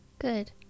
Good